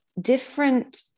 different